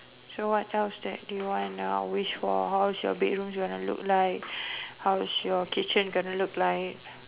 so what house that you want wish for a house the bedroom you want to look like how the kitchen going to look like